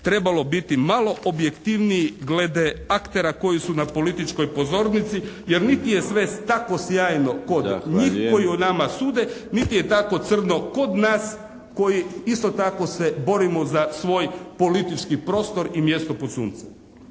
trebalo biti malo objektivniji glede aktera koji su na političkoj pozornici. Jer niti je sve tako sjajno kod njih koji o nama sude, niti je tako crno kod nas koji isto tako se borimo za svoj politički prostor i mjesto pod suncem.